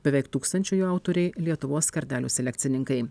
beveik tūkstančio jo autoriai lietuvos kardelių selekcininkai